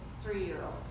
three-year-old